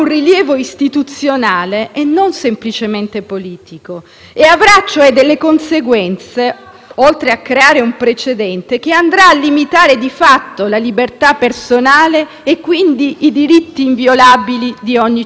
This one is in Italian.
oltre a creare un precedente, che andrà a limitare di fatto la libertà personale e, quindi, i diritti inviolabili di ogni cittadino. Chiedetevi allora cosa state facendo - avete questa notte per pensarci